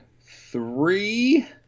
Three